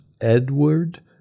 Edward